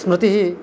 स्मृतिः